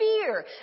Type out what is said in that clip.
fear